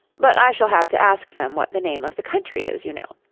but i shall have to ask them what the name of the country is, you know.